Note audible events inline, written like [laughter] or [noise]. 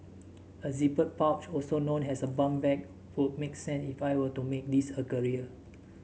a zippered pouch also known as a bum bag would make [unintelligible] if I were to make this a career